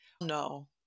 No